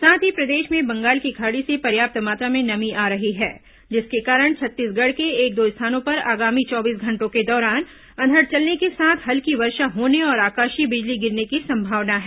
साथ ही प्रदेश में बंगाल की खाड़ी से पर्याप्त मात्रा में नमी आ रही है जिसके कारण छत्तीसगढ़ के एक दो स्थानों पर आगामी चौबीस घंटों के दौरान अंधड़ चलने के साथ हल्की वर्षा होने और आकाशीय बिजली गिरने की संभावना है